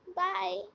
bye